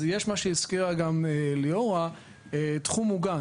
יש את מה שהזכירה ליאורה "תחום מוגן".